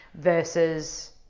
versus